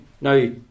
now